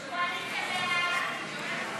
סעיפים 1 3